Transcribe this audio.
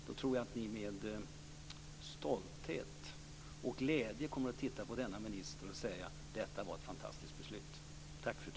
Då tror jag att ni med stolthet och glädje kommer att titta på denna minister och säga: Detta var ett fantastiskt beslut.